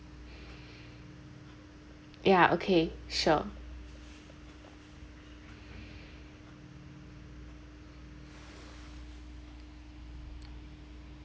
ya okay sure